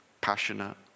passionate